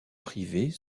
privés